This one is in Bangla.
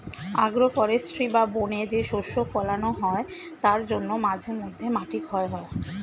আগ্রো ফরেষ্ট্রী বা বনে যে শস্য ফোলানো হয় তার জন্য মাঝে মধ্যে মাটি ক্ষয় হয়